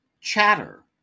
Chatter